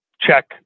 check